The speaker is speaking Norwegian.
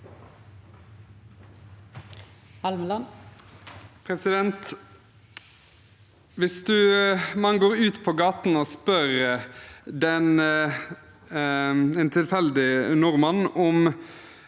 Hvis man går ut på gaten og spør en tilfeldig nordmann om